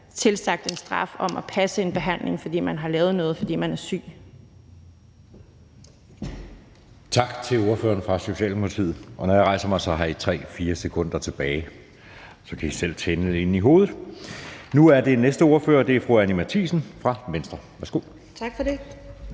straf, der går ud på at passe en behandling, fordi man har lavet noget, fordi man er syg.